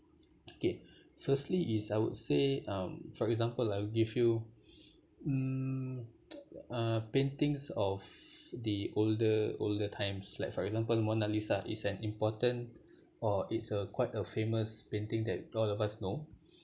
okay firstly is I would say um for example I will give you mm uh paintings of the older older times like for example mona lisa is an important or it's a quite a famous painting that all of us know